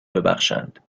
ببخشند